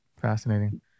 Fascinating